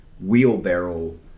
wheelbarrow